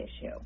issue